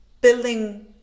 building